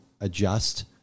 adjust